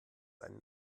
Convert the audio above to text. einen